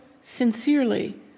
sincerely